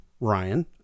Ryan